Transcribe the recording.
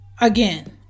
again